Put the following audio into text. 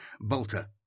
bolter